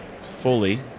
fully